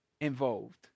involved